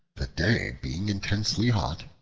the day being intensely hot,